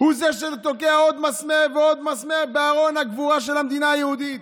הוא זה שתוקע עוד מסמר ועוד מסמר בארון הקבורה של המדינה היהודית.